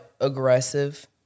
aggressive